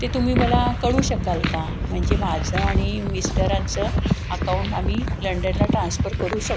ते तुम्ही मला कळवू शकाल का म्हणजे माझं आणि मिस्टरांचं अकाऊंट आम्ही लंडनला ट्रान्स्फर करू शकू